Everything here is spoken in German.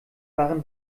waren